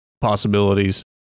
possibilities